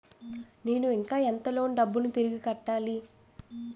నేను ఇంకా ఎంత లోన్ డబ్బును తిరిగి కట్టాలి?